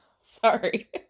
sorry